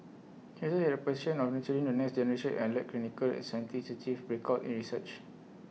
he also had A passion of nurturing the next generation and led clinical and scientists to achieve breakout in research